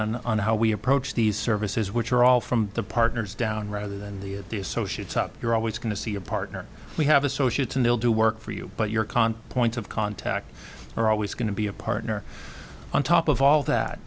on on how we approach these services which are all from the partners down rather than the the associates up you're always going to see a partner we have associates and they'll do work for you but your con points of contact are always going to be a partner on top of all that